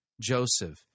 Joseph